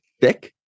thick